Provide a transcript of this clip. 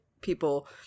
people